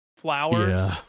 flowers